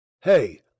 hey